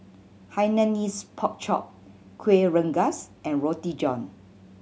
Hainanese Pork Chop Kuih Rengas and Roti John